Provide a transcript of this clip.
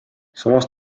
samas